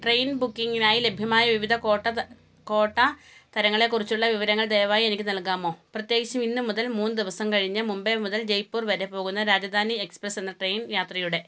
train ബുക്കിംഗിനായി ലഭ്യമായ വിവിധ ക്വാട്ട തരങ്ങളെക്കുറിച്ചുള്ള വിവരങ്ങൾ ദയവായി എനിക്കു നൽകാമോ പ്രത്യേകിച്ചും ഇന്നു മുതൽ മൂന്നു ദിവസം കഴിഞ്ഞ് മുംബൈ മുതൽ ജയ്പൂർ വരെ പോകുന്ന രാജധാനി എക്സ്പ്രസ്സ് എന്ന ട്രെയിൻ യാത്രയുടെ